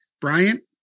Bryant